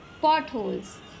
potholes